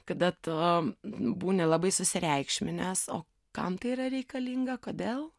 kada tu būni labai susireikšminęs o kam tai yra reikalinga kodėl